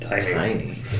tiny